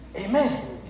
Amen